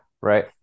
right